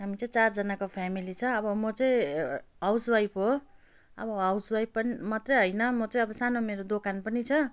हामी चाहिँ चारजनाको फेमेली छ अब म चाहिँ हाउस वाइफ हो अब हाउस वाइफ पनि मात्रै होइन म चाहिँ अब सानो मेरो दोकान पनि छ